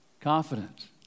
Confidence